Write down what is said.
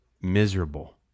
miserable